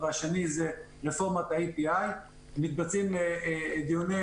עורכת-הדין טל,